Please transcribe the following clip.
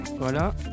Voilà